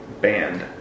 band